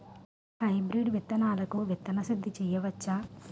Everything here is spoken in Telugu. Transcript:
హైబ్రిడ్ విత్తనాలకు విత్తన శుద్ది చేయవచ్చ?